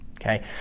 okay